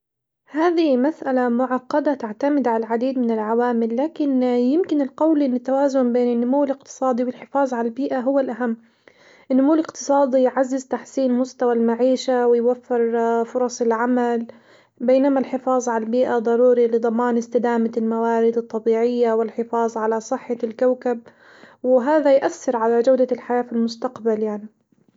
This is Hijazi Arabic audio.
هذه مسألة معقدة تعتمد على العديد من العوامل، لكن يمكن القول إن التوازن بين النمو الاقتصادي والحفاظ على البيئة هو الأهم، النمو الاقتصادي يعزز تحسين مستوى المعيشة ويوفر فرص العمل، بينما الحفاظ على البيئة ضروري لضمان استدامة الموارد الطبيعية والحفاظ على صحة الكوكب، وهذا يؤثر على جودة الحياة في المستقبل يعني.